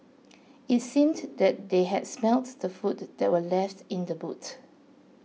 it seemed that they had smelt the food that were left in the boot